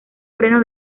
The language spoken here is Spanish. freno